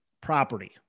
property